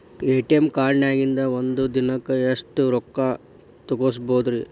ATM ಕಾರ್ಡ್ನ್ಯಾಗಿನ್ದ್ ಒಂದ್ ದಿನಕ್ಕ್ ಎಷ್ಟ ರೊಕ್ಕಾ ತೆಗಸ್ಬೋದ್ರಿ?